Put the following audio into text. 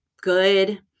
good